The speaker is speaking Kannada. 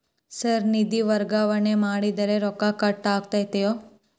ಸರ್ ನಿಧಿ ವರ್ಗಾವಣೆ ಮಾಡಿದರೆ ರೊಕ್ಕ ಕಟ್ ಆಗುತ್ತದೆಯೆ?